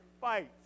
fight